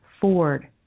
Ford